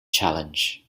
challenge